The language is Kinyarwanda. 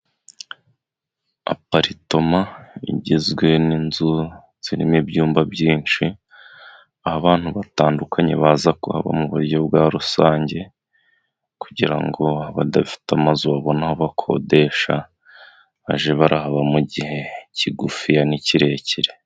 Aparitoma igizwe n'inzu zirimo ibyumba byinshi, abantu batandukanye baza kuhaba mu buryo bwa rusange, kugira ngo abadafite amazu babone aho bakodesha, bage bahaba mu gihe kigufiya n'ikirekire.